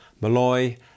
Malloy